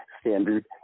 standard